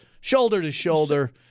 shoulder-to-shoulder